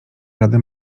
radę